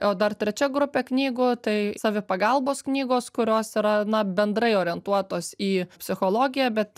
o dar trečia grupė knygų tai savipagalbos knygos kurios yra na bendrai orientuotos į psichologiją bet